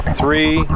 three